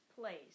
place